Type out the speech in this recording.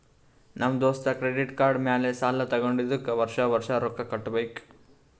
ನಮ್ ದೋಸ್ತ credit card ಮ್ಯಾಲ ಸಾಲಾ ತಗೊಂಡಿದುಕ್ ವರ್ಷ ವರ್ಷ ರೊಕ್ಕಾ ಕಟ್ಟಬೇಕ್